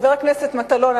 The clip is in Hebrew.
חבר הכנסת מטלון,